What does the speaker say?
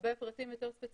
לגבי פרטים יותר ספציפיים,